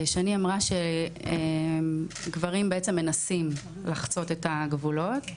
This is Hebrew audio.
שני אמרה שגברים בעצם מנסים לחצות את הגבולות.